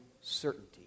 certainty